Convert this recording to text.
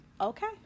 okay